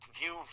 view